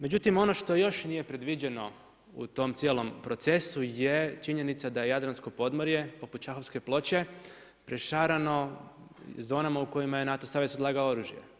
Međutim, ono što još nije predviđeno u tom cijelom procesu je činjenica da jadransko podmorje poput šahovske ploče prešarano zonama u kojima je NATO savez odlagao oružje.